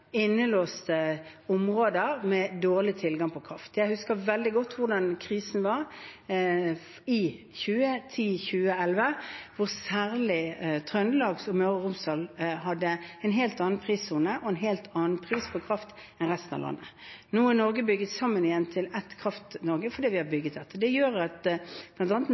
områder med dårlig tilgang på kraft. Jeg husker veldig godt hvordan krisen var i 2010–2011, hvor særlig Trøndelag og Møre og Romsdal hadde en helt annen prissone og en helt annen pris på kraft enn resten av landet. Nå er Norge bygget sammen igjen til ett Kraft-Norge fordi vi har bygget dette. Det gjør bl.a. at